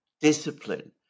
discipline